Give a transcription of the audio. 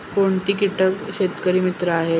कोणती किटके शेतकरी मित्र आहेत?